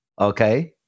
okay